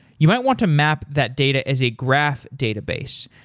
you might want to map that data as a graph database.